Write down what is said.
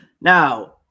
Now